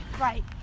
Right